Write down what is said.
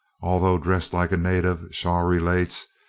although dressed like a native, shaw relates,